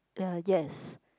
uh yes